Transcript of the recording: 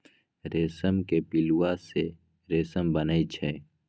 रेशम के पिलुआ से रेशम बनै छै